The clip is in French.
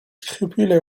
scrupules